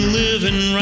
living